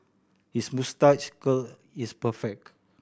his moustache curl is perfect